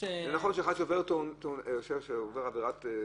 זה נכון שאחד שעובר עבירה,